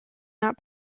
not